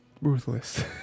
ruthless